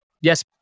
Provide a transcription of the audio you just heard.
Yes